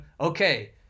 okay